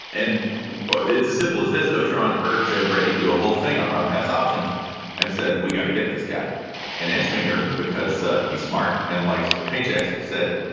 and but it's as simple as this otra on her. joe brady do a whole thing on run pass options and said, we've got to get this guy and ensminger because he's smart and likes paycheques, said,